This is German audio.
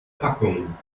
packung